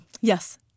yes